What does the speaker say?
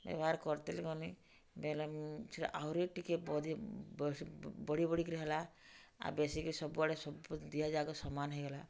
ବ୍ୟବହାର୍ କରିତେଲ୍ ଗଲି ବେଲେ ସେଟା ଆହୁରି ଟିକେ ବଢ଼ି ବଢ଼ିକିରି ହେଲା ଆଉ ବେଶିକି ସବୁଆଡ଼େ ସବୁ ଦିହେଯାକ ସମାନ୍ ହେଇଗଲା